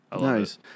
Nice